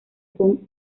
con